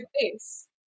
face